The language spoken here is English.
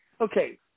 Okay